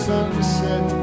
Sunset